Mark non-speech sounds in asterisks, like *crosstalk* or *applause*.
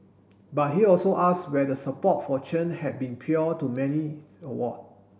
but he also asks where the support for Chen had been *unintelligible* to many award